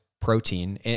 protein